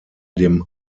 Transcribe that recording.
dem